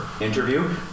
interview